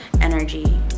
energy